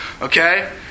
Okay